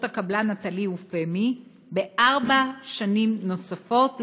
הקבלן נטל"י ופמ"י בארבע שנים נוספות,